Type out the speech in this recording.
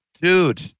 Dude